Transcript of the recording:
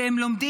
כי הם לומדים,